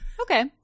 Okay